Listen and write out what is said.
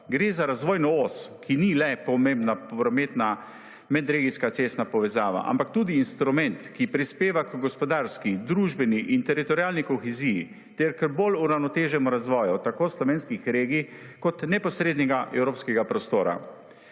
Gre za razvojno os, ki ni le pomembna prometna medregijska cestna povezava, ampak tudi instrument, ki prispeva h gospodarski, družbeni in teritorialni koheziji ter k bolj uravnoteženemu razvoju tako slovenskih regij kot neposrednega evropskega prostora.